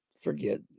forget